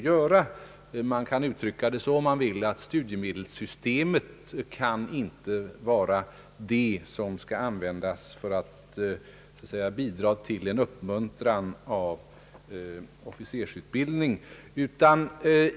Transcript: Om man vill kan man uttrycka det så att studiemedelssystemet inte skall användas för att uppmuntra officersutbildningen.